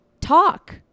talk